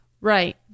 Right